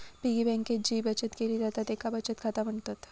piggy बँकेत जी बचत केली जाता तेका बचत खाता म्हणतत